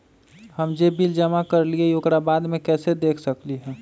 हम जे बिल जमा करईले ओकरा बाद में कैसे देख सकलि ह?